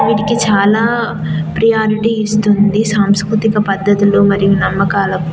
వీటికి చాలా ప్రియారిటి ఇస్తుంది సాంస్కృతిక పద్ధతులు మరియు నమ్మకాలకు